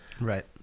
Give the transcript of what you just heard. Right